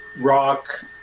rock